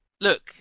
Look